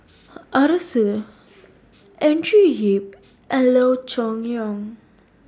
Arasu Andrew Yip and Loo Choon Yong